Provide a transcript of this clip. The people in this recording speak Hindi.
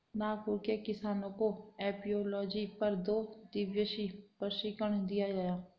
नागपुर के किसानों को एपियोलॉजी पर दो दिवसीय प्रशिक्षण दिया गया